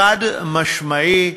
חד-משמעית: